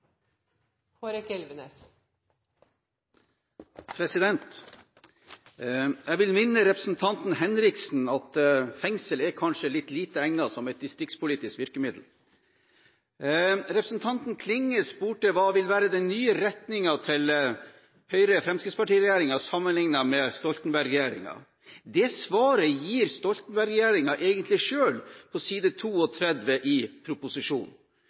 litt lite egnet som distriktspolitisk virkemiddel. Representanten Klinge spurte hva den nye retningen til Høyre–Fremskrittsparti-regjeringen vil være, sammenlignet med Stoltenberg-regjeringen. Det svaret gir Stoltenberg-regjeringen egentlig selv på side 32 i proposisjonen.